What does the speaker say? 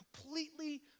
completely